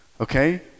okay